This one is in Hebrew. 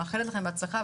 אני מאחלת לכם בהצלחה,